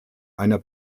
einer